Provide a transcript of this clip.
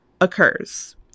occurs